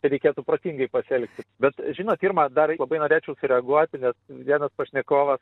tai reikėtų protingai pasielgti bet žinot irma aš dar labai norėčiau sureaguoti nes vienas pašnekovas